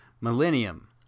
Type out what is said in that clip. Millennium